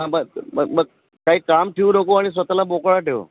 हा बस ब बघ काय काम ठेऊ नको आणि स्वतःला मोकळा ठेव